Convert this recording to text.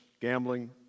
gambling